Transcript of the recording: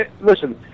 Listen